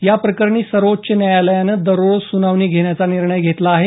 या प्रकरणी सर्वोच्च न्यायालयानं दररोज सुनावणी घेण्याचा निर्णय घेतला आहे